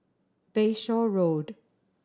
Bayshore Road